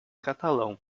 catalão